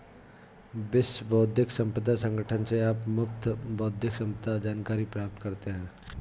विश्व बौद्धिक संपदा संगठन से आप मुफ्त बौद्धिक संपदा जानकारी प्राप्त करते हैं